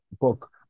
book